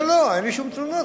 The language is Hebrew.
אין לי תלונות,